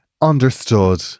understood